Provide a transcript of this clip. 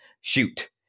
shoot